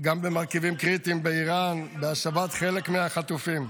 גם למרכיבים קריטיים באיראן, להשבת חלק מהחטופים.